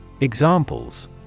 Examples